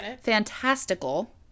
fantastical